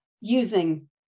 using